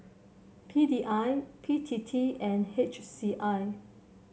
P D I B T T and H C I